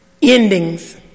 Endings